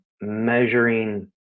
measuring